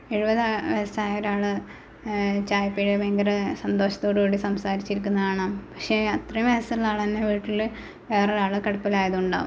എഴുപത് വയസുള്ള ഒരാള് ചായ പീടികയിൽ ഭയങ്കര സന്തോഷ്ടത്തോടുകൂടി സംസാരിച്ചിരിക്കുന്നത് കാണാം പക്ഷെ അത്രേ വയസുള്ള ആള് തന്നെ വീട്ടില് വെറെയൊരാള് കടപ്പിലായത് ഉണ്ടാകും